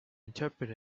interpret